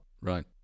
right